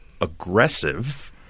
aggressive